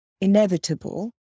inevitable